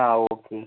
ആ ഓക്കെ